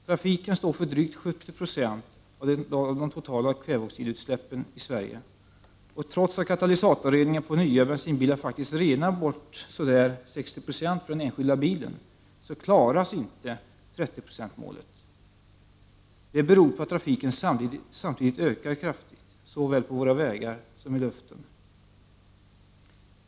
Trafiken står för drygt 70 76 av de totala kväveoxidutsläppen i Sverige. Och trots att katalysatorreningen på nya bensinbilar faktiskt renar bort ungefär 60 70 för den enskilda bilen, så klaras inte 30-procentmålet. Det beror på att trafiken samtidigt ökar kraftigt, såväl på våra vägar som i luften.